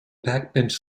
backbench